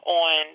on